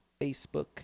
Facebook